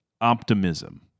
optimism